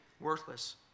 worthless